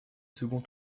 second